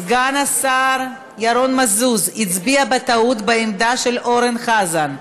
סגן השר ירון מזוז הצביע בטעות בעמדה של אורן חזן,